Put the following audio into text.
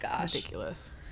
ridiculous